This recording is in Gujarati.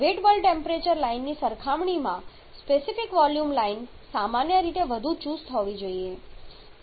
વેટ બલ્બ ટેમ્પરેચર લાઇનની સરખામણીમાં સ્પેસિફિક વોલ્યુમ લાઇન સામાન્ય રીતે વધુ ચુસ્ત હોવી જોઈએ